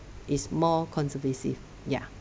is more conservative ya